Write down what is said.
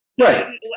Right